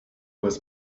was